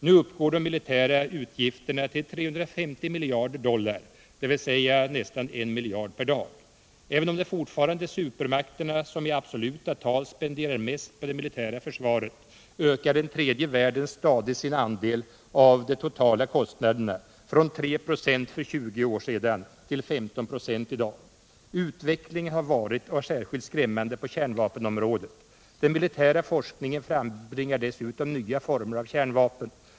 Nu uppgår de militära utgifterna till 350 miljarder dollar, dvs. nästan 1 miljard per dag. Även om det fortfarande är supermakterna som i absoluta tal spenderar mest på det militära försvaret, ökar den tredje världen stadigt sin andel av de totala kostnaderna: från 3 96 för ca 20 år sedan till 15 96 i dag. Utvecklingen har varit och är särskilt skrämmande på kärnvapenområdet. Den militära forskningen frambringar dessutom nya former av kärnvapen.